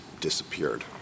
disappeared